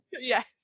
Yes